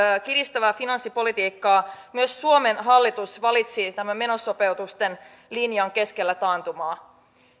kiristävää finanssipolitiikkaa myös suomen hallitus valitsi tämän menosopeutusten linjan keskellä taantumaa